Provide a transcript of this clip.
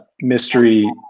mystery